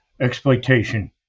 exploitation